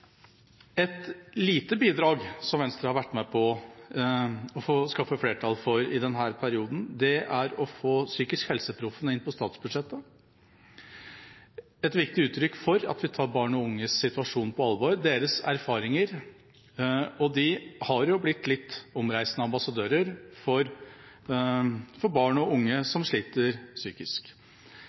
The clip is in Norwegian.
Et lite bidrag som Venstre har vært med på å skaffe flertall for i denne perioden, er å få PsykiskhelseProffene inn på statsbudsjettet, et viktig uttrykk for at vi tar barn og unges situasjon på alvor, deres erfaringer. De har jo blitt litt omreisende ambassadører for barn og unge som sliter psykisk,